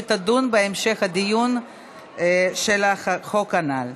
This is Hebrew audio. והיא תדון בהמשך הדיון על החוק הנ"ל.